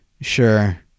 Sure